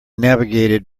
navigated